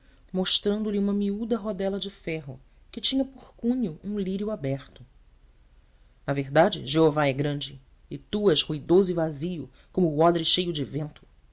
mostrando-lhe uma miúda rodela de ferro que tinha por cunho um lírio aberto na verdade jeová é grande e tu és ruidoso e vazio como o odre cheio de vento